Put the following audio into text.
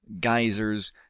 geysers